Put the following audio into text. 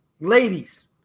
Ladies